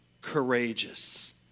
courageous